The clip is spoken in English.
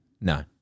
No